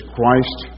Christ